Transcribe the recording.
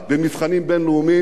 במבחנים בין-לאומיים,